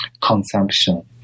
consumption